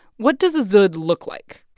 what does a dzud look like?